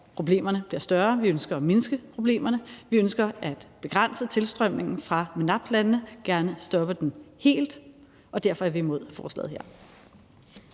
Vi ønsker at mindske problemerne, vi ønsker at begrænse tilstrømningen fra MENAPT-lande og gerne stoppe den helt, og derfor er vi imod forslaget her.